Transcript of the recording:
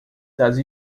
das